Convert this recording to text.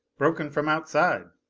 broken from outside!